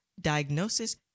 diagnosis